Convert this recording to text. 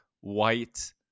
White